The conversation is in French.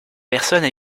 personnes